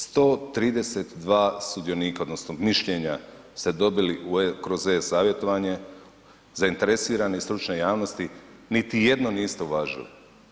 132 sudionika odnosno mišljenja ste dobili kroz e-savjetovanje zainteresirane i stručne javnosti niti jedno niste uvažili.